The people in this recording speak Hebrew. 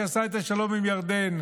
שעשה את השלום עם ירדן,